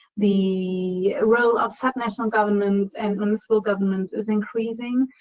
the role of sub-national governments and municipal governments is increasing.